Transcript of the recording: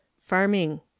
Farming